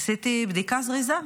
עשיתי בדיקה זריזה,